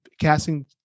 casting